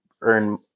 earn